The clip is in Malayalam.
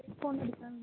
ഫോൺ എടുക്കാമോ